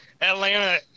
Atlanta